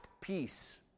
peace